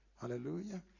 Hallelujah